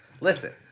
Listen